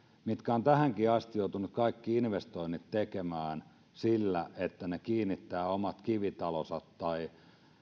joka on tähänkin asti joutunut kaikki investoinnit tekemään siten että kiinnittää omat kivitalonsa